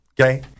okay